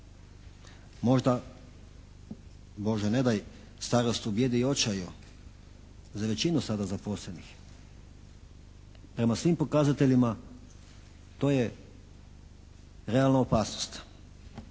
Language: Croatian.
Možda Bože ne daj starost u bijedi i očaju za većinu sada zaposlenih. Prema svim pokazateljima to je realna opasnost.